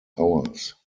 hours